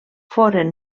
foren